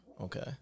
okay